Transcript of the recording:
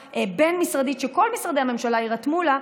בין-משרדית שכל משרדי הממשלה יירתמו לה,